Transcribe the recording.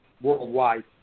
worldwide